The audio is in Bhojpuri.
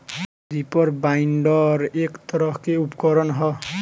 रीपर बाइंडर एक तरह के उपकरण ह